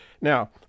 Now